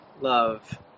love